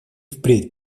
впредь